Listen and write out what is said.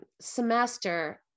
semester